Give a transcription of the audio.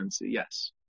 Yes